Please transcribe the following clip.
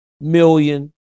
million